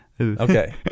Okay